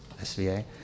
SVA